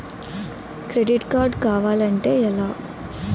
Credit card కావాలి అంటే ఎలా?